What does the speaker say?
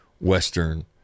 Western